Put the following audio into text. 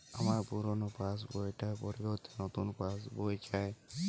আমার পুরানো পাশ বই টার পরিবর্তে নতুন পাশ বই চাই